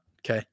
Okay